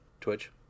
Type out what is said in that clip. Twitch